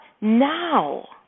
now